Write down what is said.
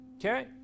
okay